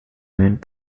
meant